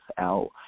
out